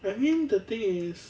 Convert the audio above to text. I mean the thing is